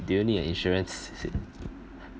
do you need an insurance